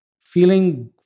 feeling